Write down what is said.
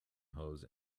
hose